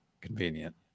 convenient